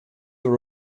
are